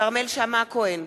כרמל שאמה-הכהן,